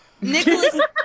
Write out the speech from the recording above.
Nicholas